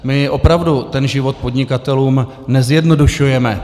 My opravdu ten život podnikatelům nezjednodušujeme.